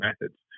methods